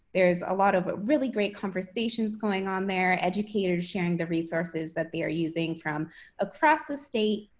there's a lot of really great conversations going on there, educators sharing the resources that they are using from across the state.